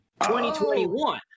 2021